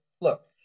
look